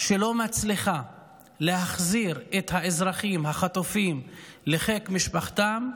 שלא מצליחה להחזיר את האזרחים החטופים לחיק משפחתם,